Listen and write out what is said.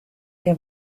que